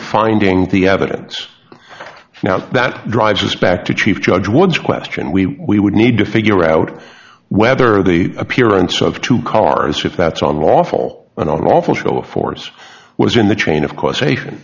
finding the evidence now that drives us back to chief judge would question we would need to figure out whether the appearance of two cars if that's on lawful and unlawful show of force was in the chain of causation